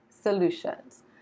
solutions